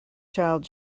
child